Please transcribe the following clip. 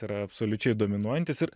yra absoliučiai dominuojantis ir